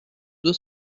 deux